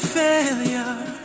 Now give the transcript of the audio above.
failure